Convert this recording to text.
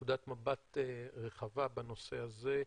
נקודת מבט רחבה בנושא הזה,